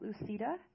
Lucida